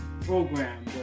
program